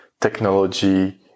technology